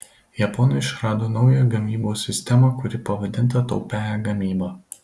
japonai išrado naują gamybos sistemą kuri pavadinta taupiąja gamyba